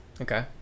Okay